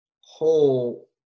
whole